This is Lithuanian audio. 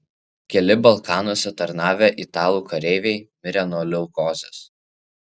keli balkanuose tarnavę italų kareiviai mirė nuo leukozės